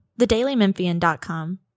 TheDailyMemphian.com